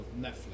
Netflix